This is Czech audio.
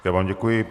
Já vám děkuji.